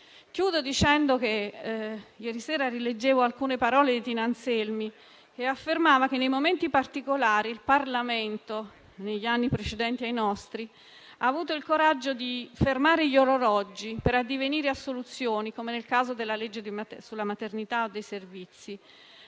Chiudo dicendo che ieri sera rileggevo alcune parole di Tina Anselmi, la quale affermava che nei momenti particolari il Parlamento, negli anni precedenti ai nostri, ha avuto il coraggio di fermare gli orologi per addivenire a soluzioni, come nel caso della legge sulla maternità. Noi pensiamo